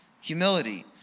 Humility